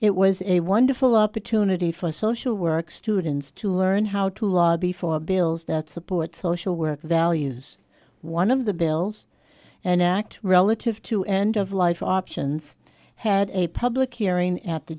it was a wonderful opportunity for social work students to learn how to lobby for bills that support social work values one of the bills and act relative to end of life options had a public hearing at t